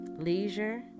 leisure